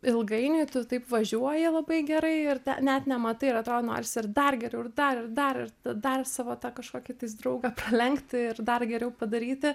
ilgainiui tu taip važiuoji labai gerai ir ten net nematai ir atrodo norisi ir dar geriau ir dar ir dar ir dar savo tą kažkokį draugą pralenkti ir dar geriau padaryti